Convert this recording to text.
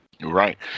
Right